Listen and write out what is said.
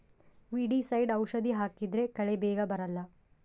weedicide ಔಷಧಿ ಹಾಕಿದ್ರೆ ಕಳೆ ಬೇಗ ಬರಲ್ಲ